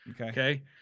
Okay